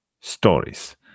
stories